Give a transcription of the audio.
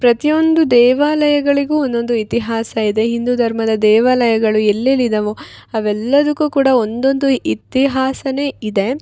ಪ್ರತಿಯೊಂದು ದೇವಾಲಯಗಳಿಗೂ ಒಂದೊಂದು ಇತಿಹಾಸ ಇದೆ ಹಿಂದೂ ಧರ್ಮದ ದೇವಾಲಯಗಳು ಎಲ್ಲೆಲ್ಲಿ ಇದವೊ ಅವೆಲ್ಲದುಕ್ಕು ಕೂಡ ಒಂದೊಂದು ಇತಿಹಾಸನೆ ಇದೆ